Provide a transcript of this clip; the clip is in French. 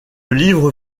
livre